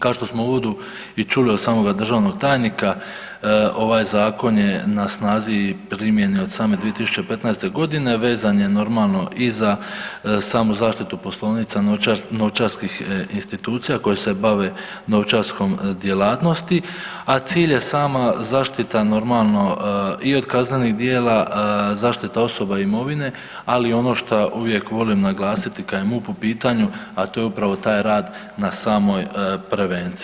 Kao što smo u uvodu i čuli od samoga državnog tajnika ovaj zakon je na snazi i primjeni od same 2015. godine, vezan je normalno i za samu zaštitu poslovnica novčarskih institucija koje se bave novčarskom djelatnosti, a cilj je sama zaštita normalno i od kaznenih djela, zaštita osoba i imovine, ali i ono šta uvijek volim naglasiti kad je MUP u pitanju, a to je upravo taj rad na samoj prevenciji.